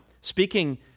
speaking